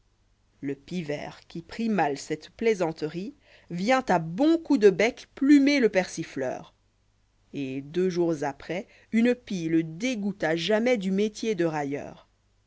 le pivert qui'prit mal cette plaisanterie vient à bons coups de bec plumer le persifleur et deux jours après une pie le dégoûte à jamais du métier dérailleurs il